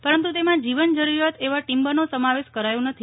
પરંતુ તેમાં જીવન જરૂરિયાત એવા ટિમ્બરનો સમાવેશ કરાયો નથી